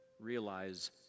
realize